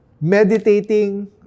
meditating